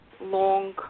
long